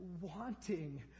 wanting